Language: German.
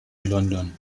london